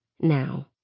Now